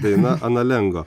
daina analengo